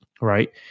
Right